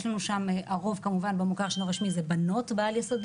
הרוב במוכר שאינו רשמי זה בנות בעל-יסודי,